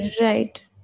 Right